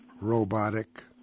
robotic